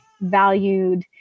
valued